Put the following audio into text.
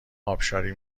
ابشاری